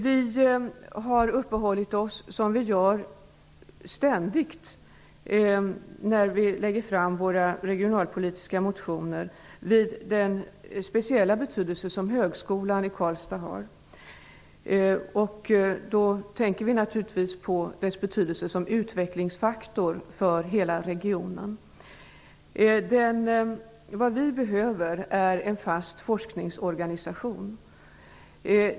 Vi har uppehållit oss -- vilket vi ständigt gör i våra regionalpolitiska motioner -- vid den speciella betydelse som högskolan i Karlstad har. Jag tänker då på dess betydelse som utvecklingsfaktor för hela regionen. Vad vi behöver är en fast forskningsorganisation.